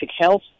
health